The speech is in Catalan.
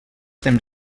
temps